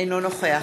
אינו נוכח